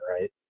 right